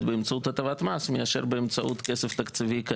באמצעות הטבת מס מאשר באמצעות כסף תקציבי.